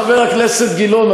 חבר הכנסת גילאון,